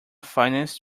financed